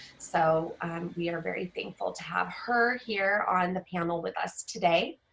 so we are very thankful to have her here on the panel with us today.